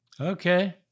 Okay